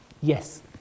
Yes